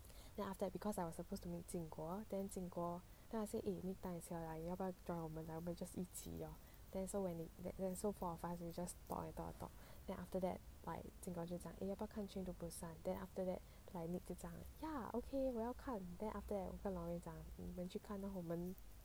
then after that because I was supposed to meet jian guo then jian guo then I say you meet 要不要 join 我们我们 just 一起 lor then so when four of us we just talk and talk and talk then after that like jian guo 就讲 eh 要不要看 train to busan then after that like nick 就讲 ya okay 我要看 then after that 我跟 loraine 讲你们去看 lor 你们